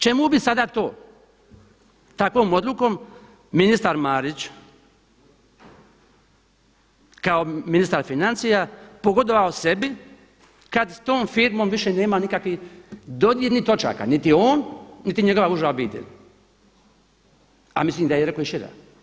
Čemu bi sada to, takvom odlukom ministar Marić kao ministar financija pogodovao sebi kada s tom firmom više nema nikakvih dodirnih točaka, niti on, niti njegova uža obitelj, a mislim da je rekao i šira?